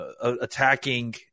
attacking